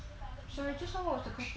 sorry just now what was the question again